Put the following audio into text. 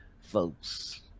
folks